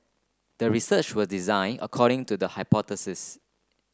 the research was design according to the hypothesis